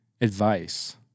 advice